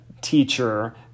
teacher